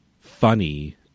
funny